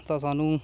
ਤਾਂ ਸਾਨੂੰ